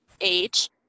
age